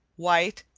white,